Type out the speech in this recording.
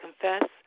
confess